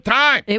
time